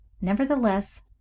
Nevertheless